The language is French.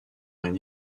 une